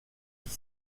dix